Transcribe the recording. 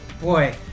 boy